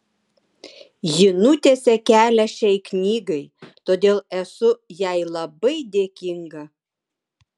ji nutiesė kelią šiai knygai todėl esu jai labai dėkinga